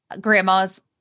grandma's